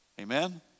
Amen